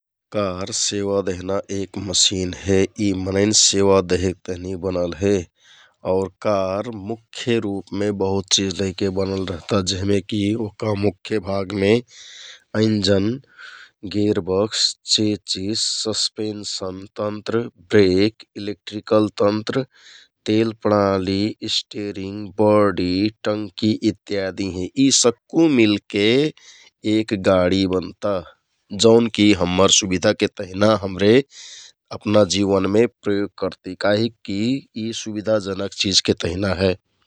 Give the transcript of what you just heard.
कार सेवा देहना एक मसिन हे । यि मनैंन सेवा देहेक तहनि बनल हे आुर कार मुख्य रुपमे बहुत चिझ लैके बनल रहता । जेहमे कि ओहका मुख्य भागमे अइनजन, गेरबक्स, चेंचिस, ससपेन्सन तन्त्र, ब्रेक, एक इलेक्ट्रिकल तन्त्र, तेल प्रणाली, स्टेरिङ्ग, बडि, टंकि इत्यादि हें यि सक्कु मिलके एक गाडि बनता । जौनकि हम्मर सुबिधाके तेहना हमरे अपना जिवनमे प्रयोग करति काहिककि यि सुबिधाजनक चिझके तहिना हे ।